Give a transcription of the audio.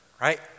right